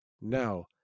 Now